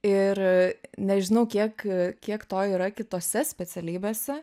ir nežinau kiek kiek to yra kitose specialybėse